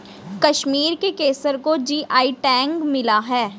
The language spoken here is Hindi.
कश्मीर के केसर को जी.आई टैग मिला है